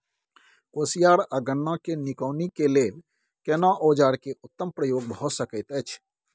कोसयार आ गन्ना के निकौनी के लेल केना औजार के उत्तम प्रयोग भ सकेत अछि?